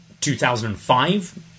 2005